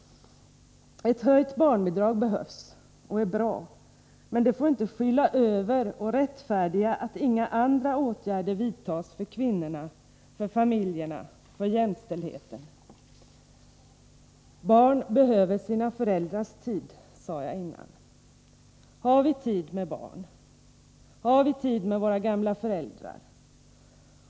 Ett höjt barnbidrag behövs och är bra, men det får inte skyla över och rättfärdiga att inga andra åtgärder vidtas för kvinnorna, för familjerna eller för jämställdheten. Barn behöver sina föräldrars tid, sade jag nyss. Har vi tid med barn? Har vi tid med våra gamla föräldrar?